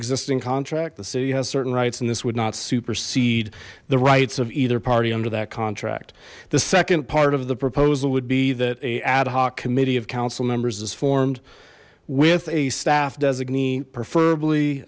existing contract the city has certain rights and this would not supersede the rights of either party under that contract the second part of the proposal would be that a ad hoc committee of council members is formed with a staff designee preferably